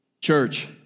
Church